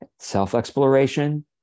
self-exploration